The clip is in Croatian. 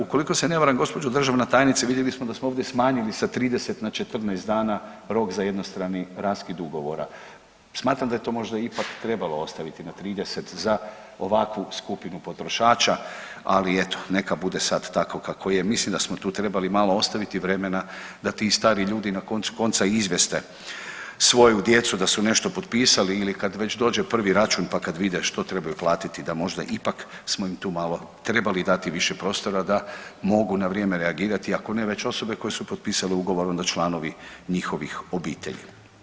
Ukoliko se ne varam gospođo državna tajnice vidjeli smo da smo ovdje smanjili sa 30 na 14 dana rok za jednostrani raskid ugovora, smatram da je to možda ipak trebalo ostaviti na 30 za ovakvu skupinu potrošača, ali eto neka bude sad tako kako je, mislim da smo tu trebali malo ostaviti vremena da ti stariji ljudi na koncu konca izvijeste svoju djecu da su nešto potpisali ili kad već dođe prvi račun pa kad vide što trebaju platiti da možda ipak smo im tu malo trebali dati više prostora da mogu na vrijeme reagirati, ako ne već osobe koje su potpisale ugovor onda članovi njihovih obitelji.